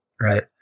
right